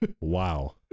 wow